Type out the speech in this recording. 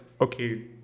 okay